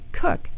Cook